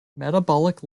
metabolic